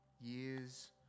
years